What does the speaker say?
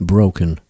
Broken